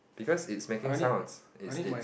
because it's making sounds it's it's